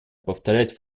повторять